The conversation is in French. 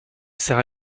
sert